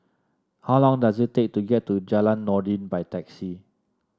how long does it take to get to Jalan Noordin by taxi